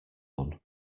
one